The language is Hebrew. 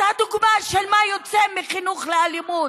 את הדוגמה של מה שיוצא מחינוך לאלימות.